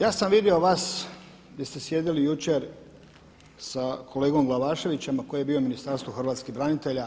Ja sam vidio vas di ste sjedili jučer sa kolegom Glavaševićem, a koji je bio u Ministarstvu hrvatskih branitelja,